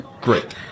Great